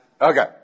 Okay